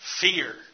fear